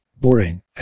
boring